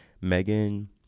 Megan